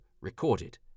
recorded